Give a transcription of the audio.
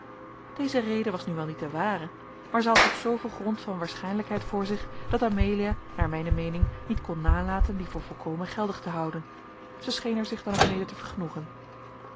deze reden was nu wel niet de ware maar zij had toch zooveel grond van waarschijnlijkheid voor zich dat amelia naar mijne meening niet kon nalaten die voor volkomen geldig te houden zij scheen er zich dan ook mede te vergenoegen